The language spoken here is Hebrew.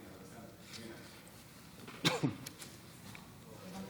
זה נוסח הצהרת האמונים: "אני מתחייב לשמור אמונים למדינת